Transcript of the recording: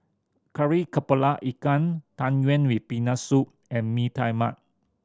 Kari Kepala Ikan Tang Yuen with Peanut Soup and Mee Tai Mak